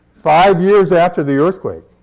five years after the earthquake.